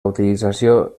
utilització